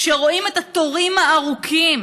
כשרואים את התורים הארוכים